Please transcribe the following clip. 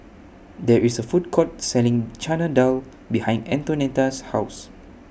There IS A Food Court Selling Chana Dal behind Antonetta's House